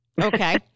Okay